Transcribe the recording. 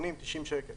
90-80 שקלים.